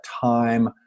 time